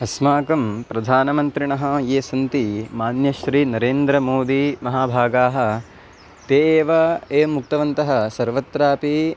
अस्माकं प्रधानमन्त्रिणः ये सन्ति मान्यः श्री नरेन्द्रमोदी महाभागाः ते एव एवम् उक्तवन्तः सर्वत्रापि